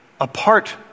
apart